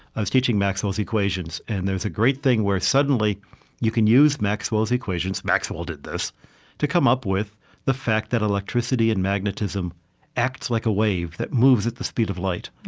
i was teaching maxwell's equations, and there's a great thing where suddenly you can use maxwell's equations maxwell did this to come up with the fact that electricity and magnetism acts like a wave that moves at the speed of light.